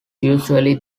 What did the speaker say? usually